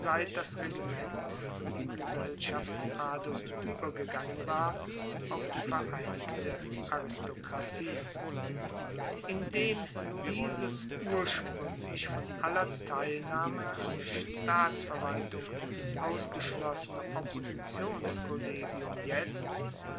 das regiment von dem gesellschaftsadel uebergegangen war auf die vereinigte aristokratie indem dieses urspruenglich von aller teilnahme an der staatsverwaltung ausgeschlossene oppositionskollegium jetzt